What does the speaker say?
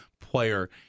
player